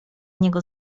niego